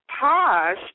Posh